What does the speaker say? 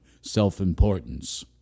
self-importance